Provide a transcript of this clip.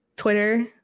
Twitter